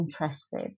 interested